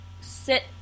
sit